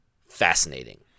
fascinating